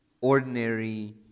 ordinary